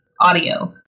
audio